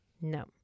No